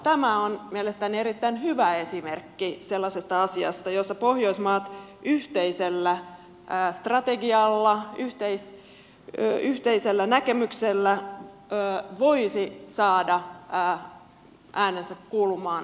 tämä on mielestäni erittäin hyvä esimerkki sellaisesta asiasta jossa pohjoismaat yhteisellä strategialla yhteisellä näkemyksellä voisivat saada äänensä kuulumaan paremmin